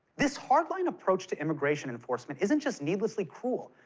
this hard-line approach to immigration enforcement isn't just needlessly cruel.